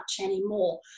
anymore